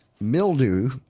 mildew